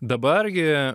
dabar gi